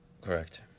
Correct